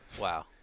wow